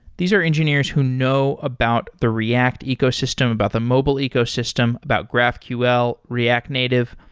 these are engineers who know about the react ecosystem, about the mobile ecosystem, about graphql, react native.